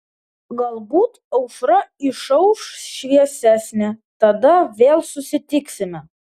galbūt aušra išauš šviesesnė tada vėl susitiksime